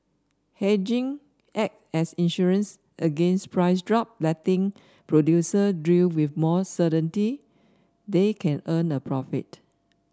hedging act as insurance against price drops letting producer drill with more certainty they can earn a profit